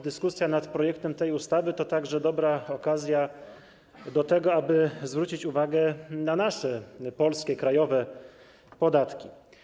Dyskusja nad tym projektem ustawy to dobra okazja do tego, aby zwrócić uwagę na nasze polskie, krajowe podatki.